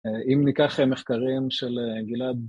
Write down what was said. אם ניקח מחקרים של גלעד...